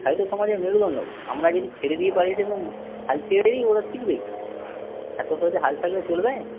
হয়তো সমাজের মেরুদণ্ড হবে আমরা যদি ছেড়ে দিয়ে পালিয়ে যেতাম হাল ছেড়ে দিয়ে ওরা শিখবে কি এত সহজে হাল ছাড়লে চলবে